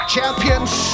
Champions